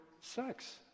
sex